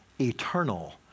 eternal